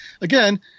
again